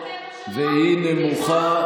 והיא נמוכה.